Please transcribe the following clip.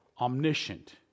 omniscient